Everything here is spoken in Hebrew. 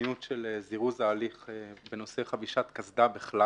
בחיוניות של זירוז ההליך בנושא חבישת קסדה בכלל